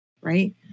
Right